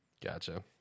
Gotcha